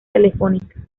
telefónica